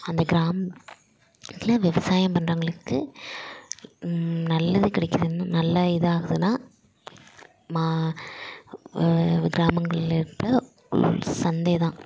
அந்த கிராமத்தில் விவசாயம் பண்ணுறவங்களுக்கு நல்லது கிடைக்கிதுன்னா நல்ல இதாகுதுன்னால் கிராமங்களில் உள்ள சந்தை தான்